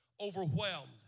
overwhelmed